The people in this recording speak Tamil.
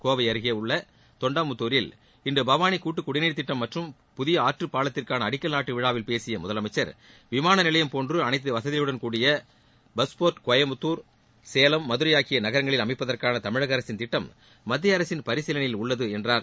கோவை அருகே தொண்டாமுத்தூரில் இன்று பவாளி கூட்டுக் குடிநீர் திட்டம் மற்றும் புதிய ஆற்றுப் பாலத்திற்காக அடிக்கல் நாட்டு விழாவில் பேசிய முதலமைச்சர் விமானம் நிலையம் போன்று அனைத்து வசதிகளுடன் கூடிய பஸ்போர்ட் கோயமுத்துர் சேலம் மதுரை போன்ற நகரங்களில் அமைப்பதற்கான தமிழக அரசின் திட்டம் மத்திய அரசின் பரிசீலனையில் உள்ளது என்றார்